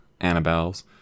Annabelles